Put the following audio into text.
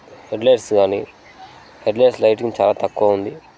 headlights కానీ headlights lighting చాలా తక్కువ ఉంది